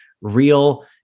real